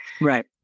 Right